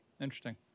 Interesting